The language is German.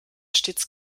stets